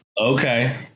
Okay